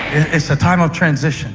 it's a time of transition.